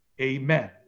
amen